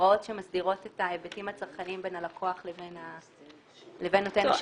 ההוראות שמסדירות את ההיבטים הצרכניים בין הלקוח לבין נותן השירות.